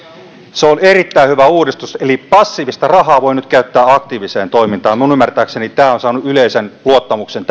se on erittäin hyvä uudistus eli passiivista rahaa voi nyt käyttää aktiiviseen toimintaan minun ymmärtääkseni tämä ajattelu on saanut yleisen luottamuksen